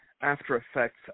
after-effects